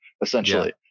essentially